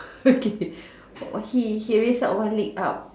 okay for he he raise up one leg up